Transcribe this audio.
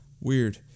Weird